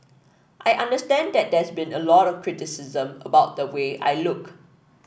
I understand that there's been a lot of criticism about the way I look